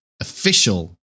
official